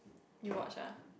you watch ah